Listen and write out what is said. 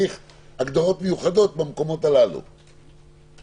מאוד חשוב כדי לא להטעות את הציבור,